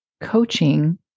coaching